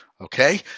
okay